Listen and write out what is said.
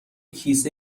کیسه